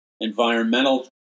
environmental